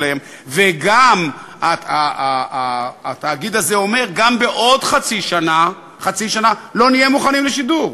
גם התאגיד הזה אומר שגם בעוד חצי שנה לא נהיה מוכנים לשידור.